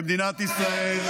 במדינת ישראל,